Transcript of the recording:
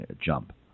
jump